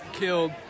killed